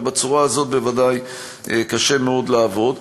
ובצורה כזאת בוודאי קשה מאוד לעבוד.